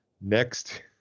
next